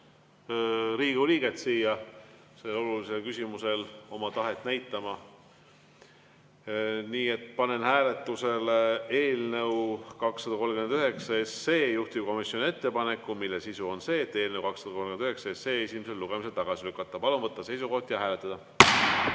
liiget siia selle olulise küsimuse puhul oma tahet näitama. Panen hääletusele eelnõu 239 juhtivkomisjoni ettepaneku, mille sisu on see, et eelnõu 239 esimesel lugemisel tagasi lükata. Palun võtta seisukoht ja hääletada!